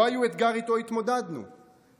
לא היו אתגר שהתמודדנו איתו,